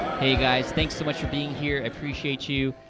hey guys, thanks so much for being here. i appreciate you,